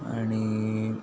आनी